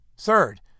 Third